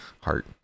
Heart